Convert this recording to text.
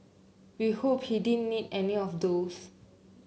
we hope he didn't need any of those